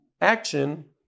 action